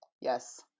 Yes